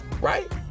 right